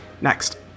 Next